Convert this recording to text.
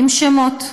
עם שמות,